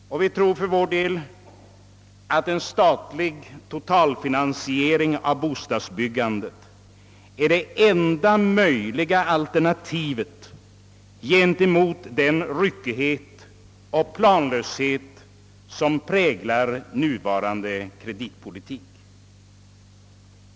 Vi tror för vår del att en statlig totalfinansiering av bostadsbyggande är det enda möjliga alternativet gentemot den ryckighet och planlöshet som präglar nuvarande kreditpolitik.